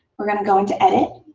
we're going to go into edit.